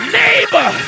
neighbor